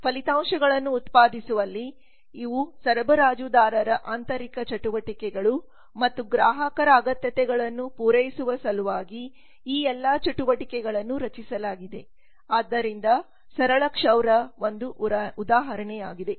ಫಲಿತಾಂಶಗಳನ್ನು ಉತ್ಪಾದಿಸುವಲ್ಲಿ ಇವು ಸರಬರಾಜುದಾರರ ಆಂತರಿಕ ಚಟುವಟಿಕೆಗಳು ಮತ್ತು ಗ್ರಾಹಕರ ಅಗತ್ಯತೆಗಳನ್ನು ಪೂರೈಸುವ ಸಲುವಾಗಿ ಈ ಎಲ್ಲಾ ಚಟುವಟಿಕೆಗಳನ್ನು ರಚಿಸಲಾಗಿದೆ ಆದ್ದರಿಂದ ಸರಳ ಕ್ಷೌರ ಒಂದು ಉದಾಹರಣೆಯಾಗಿದೆ